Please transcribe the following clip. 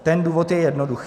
Ten důvod je jednoduchý.